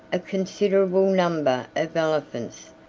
a considerable number of elephants,